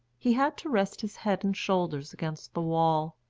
he had to rest his head and shoulders against the wall.